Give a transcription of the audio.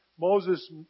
Moses